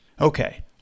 Okay